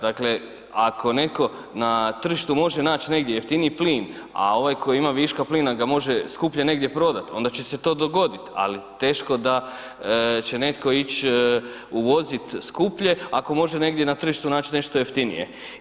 Dakle, ako netko na tržištu može naći negdje jeftiniji plin, a ovaj koji ima viška plina ga može skuplje negdje prodat, onda će se to dogodit, ali teško da će netko ići uvozit skuplje, ako može negdje na tržištu naći nešto jeftinije.